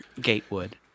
Gatewood